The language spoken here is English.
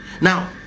now